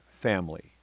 family